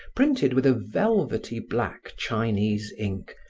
printed with a velvety black chinese ink,